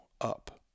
up